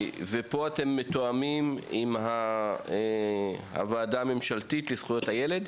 פה אתם מתואמים עם הוועדה הממשלתית לזכויות הילד?